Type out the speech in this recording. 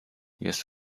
jest